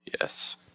Yes